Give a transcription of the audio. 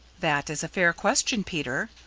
that is a fair question, peter,